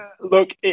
Look